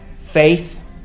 faith